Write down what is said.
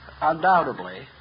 undoubtedly